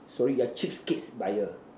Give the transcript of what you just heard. sorry you're cheapskates buyer